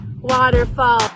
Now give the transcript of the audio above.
waterfall